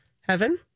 heaven